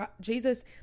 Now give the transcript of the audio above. Jesus